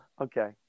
Okay